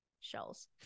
Shells